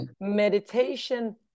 meditation